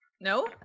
no